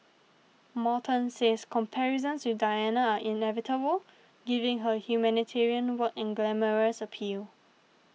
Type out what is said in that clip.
Morton says comparisons with Diana are inevitable given her humanitarian work and glamorous appeal